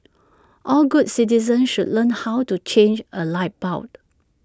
all good citizens should learn how to change A light bulb